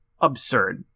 absurd